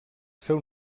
seu